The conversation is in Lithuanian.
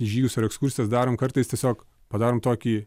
žygius ar ekskursijas darom kartais tiesiog padarom tokį